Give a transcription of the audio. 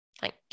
Thank